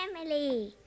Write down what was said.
Family